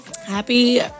happy